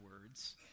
words